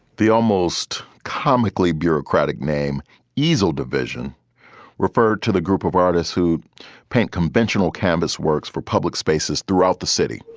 the almost comically bureaucratic name easel division referred to the group of artists who paint conventional canvas works for public spaces throughout the city,